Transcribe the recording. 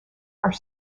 are